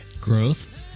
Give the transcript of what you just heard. Growth